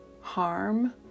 harm